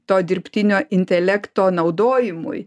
to dirbtinio intelekto naudojimui